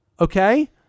Okay